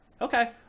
Okay